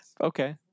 Okay